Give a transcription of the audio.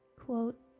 quote